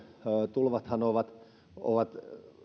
tulvathan ovat ovat